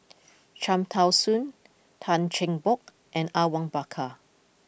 Cham Tao Soon Tan Cheng Bock and Awang Bakar